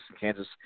Kansas